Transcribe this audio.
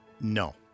No